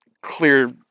clear